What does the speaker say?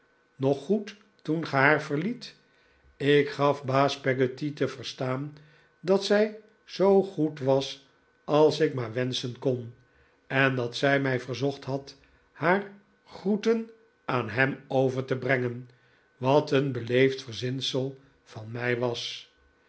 nog goed toen ge haar verliet ik gaf baas peggotty te verstaan dat zij zoo goed was als ik maar wenschen kon en dat zij mij verzocht had haar groeten aan hem over te brengen wat een beleefd verzinsel van mij was